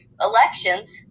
elections